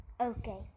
Okay